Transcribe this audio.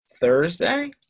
Thursday